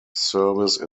service